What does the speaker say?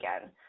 again